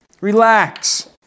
Relax